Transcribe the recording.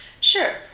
Sure